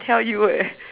tell you eh